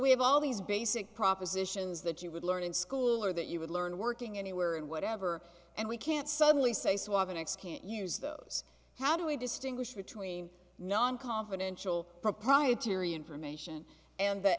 we have all these basic propositions that you would learn in school or that you would learn working anywhere and whatever and we can't suddenly say swapping x can't use those how do we distinguish between non confidential proprietary information and th